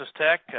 Tech